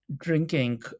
drinking